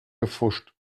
gepfuscht